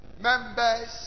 members